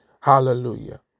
Hallelujah